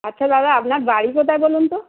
আচ্ছা দাদা আপনার বাড়ি কোথায় বলুন তো